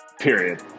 period